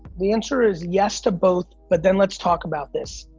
the answer is yes to both, but then let's talk about this.